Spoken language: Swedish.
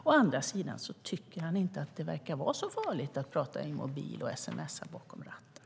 Å andra sidan tycker han inte att det verkar vara så farligt att tala i mobiltelefon eller sms:a bakom ratten.